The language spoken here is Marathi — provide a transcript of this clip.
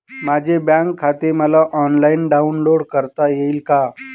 माझे बँक खाते मला ऑनलाईन डाउनलोड करता येईल का?